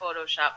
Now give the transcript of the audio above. Photoshop